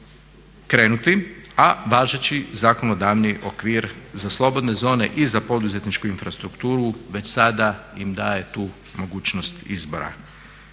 krenuti, a važeći zakonodavni okvir za slobodne zone i za poduzetničku infrastrukturu već sada im daje tu mogućnost izbora.